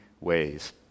ways